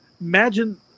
Imagine